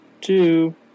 two